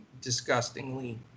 disgustingly